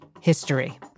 history